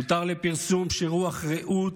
הותר לפרסום שרוח רעות,